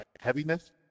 heaviness